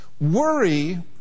Worry